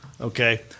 Okay